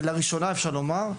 ולראשונה אפשר לומר,